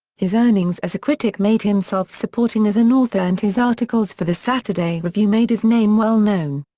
his earnings as a critic made him self-supporting as an author and his articles for the saturday review made his name well-known.